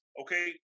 okay